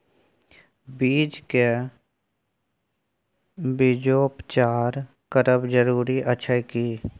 बीज के बीजोपचार करब जरूरी अछि की?